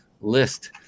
list